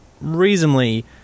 reasonably